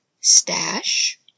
Stash